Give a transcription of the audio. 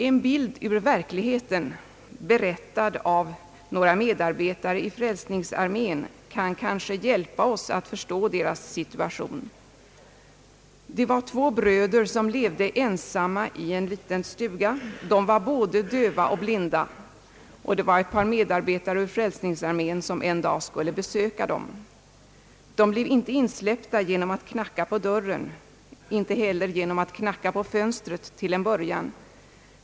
En bild ur verkligheten, berättad av några medarbetare i frälsningsarmén, kan måhända hjälpa oss att förstå situationen för de dövblinda. Två bröder levda ensamma i en liten stuga — de var både döva och blinda — och ett par medarbetare ur frälsningsarmén skulle en dag besöka dem. De blev inte insläppta genom att knacka på dörren och inte heller till en början genom att knacka på fönstret.